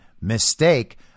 mistake